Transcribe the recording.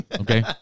okay